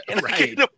Right